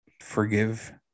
forgive